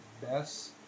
best